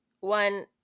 one